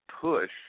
push